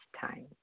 time